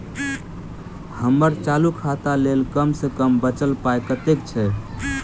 हम्मर चालू खाता लेल कम सँ कम बचल पाइ कतेक छै?